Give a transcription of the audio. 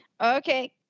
Okay